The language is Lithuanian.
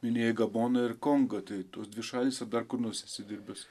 minėjai gaboną ir kongą tai tos dvi šalys ar dar kur nors esi dirbęs